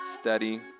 Steady